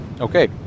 Okay